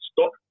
stop